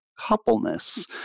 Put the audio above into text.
coupleness